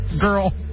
girl